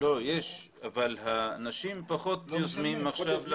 לא, יש, אבל אנשים פחות יוזמים עכשיו,